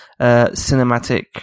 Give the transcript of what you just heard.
cinematic